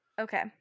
Okay